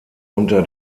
unter